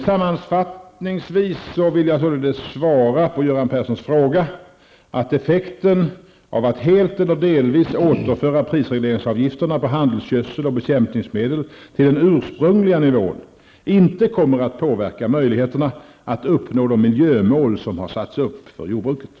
Sammanfattningsvis vill jag således svara Göran Persson att effekten av att helt eller delvis återföra prisregleringsavgifterna på handelsgödsel och bekämpningsmedel till den ursprungliga nivån inte kommer att påverka möjligheterna att uppnå de miljömål som har satts upp för jordbruket.